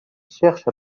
cherche